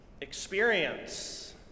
experience